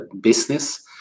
business